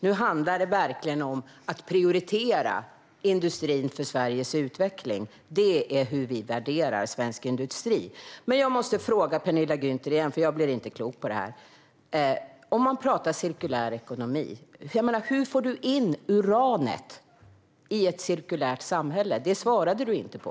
Nu handlar det verkligen om att prioritera industrin för Sveriges utveckling. Det är hur vi värderar svensk industri. Jag blir inte klok på det här, så jag måste fråga Penilla Gunther igen: Om man pratar om cirkulär ekonomi, hur får man in uranet i ett cirkulärt samhälle? Det svarade du inte på.